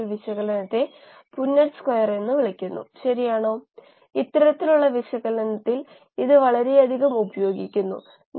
ഒരു സെറ്റ് മാത്രമേ ഉപയോഗിക്കുന്നുള്ളൂ